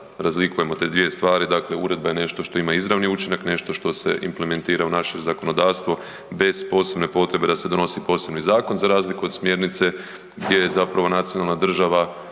razlikujemo te dvije stvari. Dakle, uredba je nešto što ima izravan učinak, nešto što se implementira u naše zakonodavstvo bez posebne potrebe da se donosi posebni zakon za razliku od smjernice gdje je zapravo nacionalna država